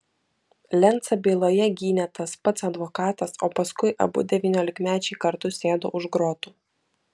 lencą byloje gynė tas pats advokatas o paskui abu devyniolikmečiai kartu sėdo už grotų